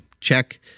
Check